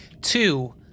Two